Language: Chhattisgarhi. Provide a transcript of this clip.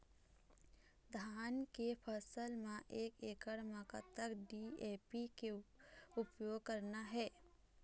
धान के फसल म एक एकड़ म कतक डी.ए.पी के उपयोग करना हे?